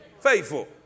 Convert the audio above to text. faithful